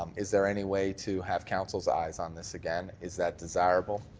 is there anyway to have council's eyes on this again? is that desirable?